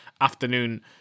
afternoon